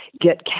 get